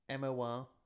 MOR